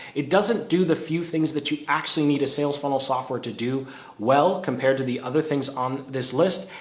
it doesn't do the few things that you actually need a sales funnel software to do well compared to the other things on this list.